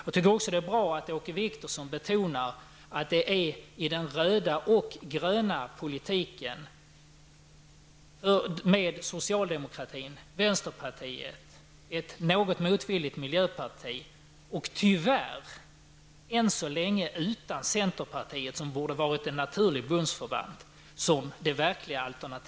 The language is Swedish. Det är också bra att Åke Wictorsson betonar att det verkliga alternativet för den svenska politiska framtiden finns i den röda och gröna politiken -- med socialdemokratin, vänsterpartiet och ett något motvilligt miljöparti men tyvärr än så länge utan centerpartiet, som borde ha varit en naturlig bundsförvant.